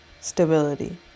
stability